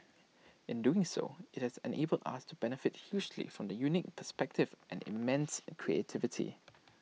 in doing so IT has enabled us to benefit hugely from the unique perspectives and immense creativity